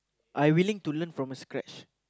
I willing to learn from the scratch